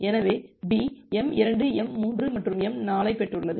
எனவே B m2 m3 மற்றும் m4 ஐப் பெற்றுள்ளது